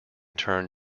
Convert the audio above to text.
turn